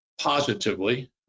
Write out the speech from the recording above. positively